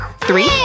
Three